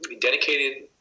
dedicated